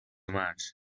مرج